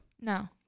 No